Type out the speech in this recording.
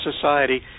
society